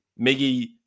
Miggy